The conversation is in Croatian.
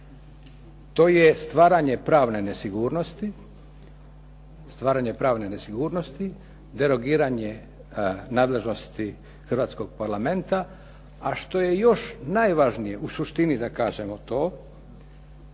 stvaranje pravne nesigurnosti, derogiranje nadležnosti Hrvatskog parlamenta a što je još najvažnije, u suštini da kažemo to,